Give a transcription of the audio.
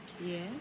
Yes